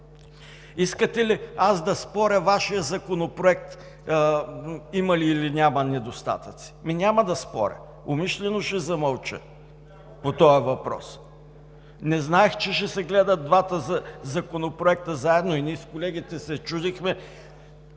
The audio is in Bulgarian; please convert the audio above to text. Искате ли аз да споря Вашият Законопроект има ли или няма недостатъци? Няма да споря. Умишлено ще замълча по този въпрос. Не знаех, че ще се гледат двата законопроекта заедно и с колегите се чудехме